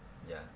ya